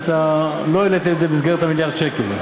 ואתה לא העלית את זה במסגרת מיליארד השקל.